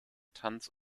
tanz